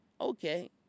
Okay